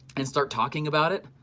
and start talking about it,